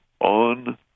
on